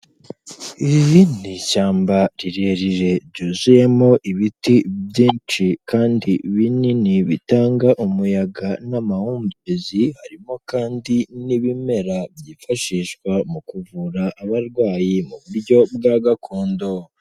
Iri ni ishyamba rirerire ryuzuyemo ibiti byinshi kandi binini bitanga umuyaga n'amahumbezi, harimo kandi n'ibimera byifashishwa mu kuvura abarwayi mu buryo bwa gakondo.